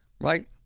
right